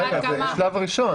רגע, זה שלב ראשון.